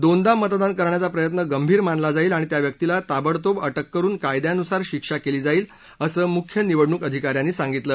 दोनदा मतदान करण्याचा प्रयत्न गंभीर मानला जाईल आणि त्या व्यक्तीला ताबडतोब अटक करून कायद्यानुसार शिक्षा केली जाईल असं मुख्य निवडणूक अधिकाऱ्यांनी सांगितलं